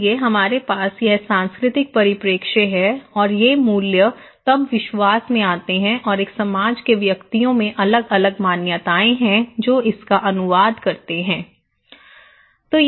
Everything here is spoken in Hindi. इसलिए हमारे पास यह सांस्कृतिक परिप्रेक्ष्य है और ये मूल्य तब विश्वास में आते हैं और एक समाज के व्यक्तियों में अलग अलग मान्यताएं हैं जो इस का अनुवाद करते हैं